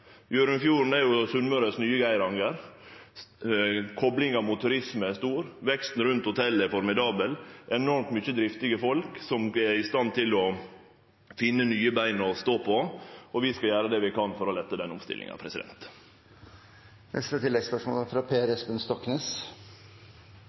Hjørundfjorden er jo den nye Geirangerfjorden på Sunnmøre. Koplinga mot turisme er stor, veksten rundt hotellet er formidabel, det er enormt mange driftige folk som er i stand til å finne nye bein å stå på – og vi skal gjere det vi kan for å lette omstillinga.